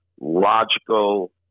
logical